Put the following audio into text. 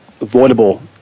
avoidable